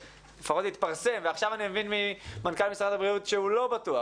לפחות התפרסם ועכשיו אני מבין ממנכ"ל משרד הבריאות שהוא לא בטוח.